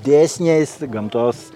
dėsniais gamtos